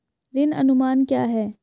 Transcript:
ऋण अनुमान क्या है?